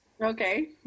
okay